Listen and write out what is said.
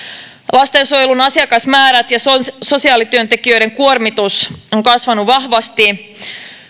lastensuojelun asiakasmäärät ja sosiaalityöntekijöiden kuormitus ovat kasvaneet vahvasti